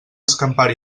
escampar